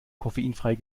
koffeinfreie